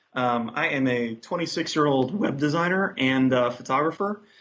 um i'm a twenty six year old web designer and photographer.